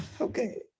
okay